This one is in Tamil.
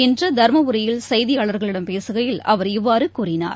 இன்றுதர்மபுரியில் செய்தியாளர்களிடம் பேசுகையில் அவர் இவ்வாறுகூறினார்